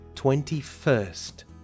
twenty-first